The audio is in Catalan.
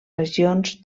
regions